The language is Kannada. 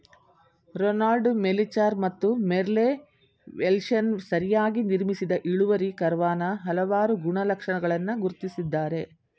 ರೊನಾಲ್ಡ್ ಮೆಲಿಚಾರ್ ಮತ್ತು ಮೆರ್ಲೆ ವೆಲ್ಶನ್ಸ್ ಸರಿಯಾಗಿ ನಿರ್ಮಿಸಿದ ಇಳುವರಿ ಕರ್ವಾನ ಹಲವಾರು ಗುಣಲಕ್ಷಣಗಳನ್ನ ಗುರ್ತಿಸಿದ್ದಾರೆ